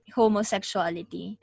homosexuality